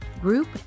group